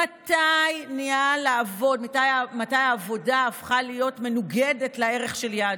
מתי העבודה הפכה להיות מנוגדת לערך של יהדות?